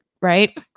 right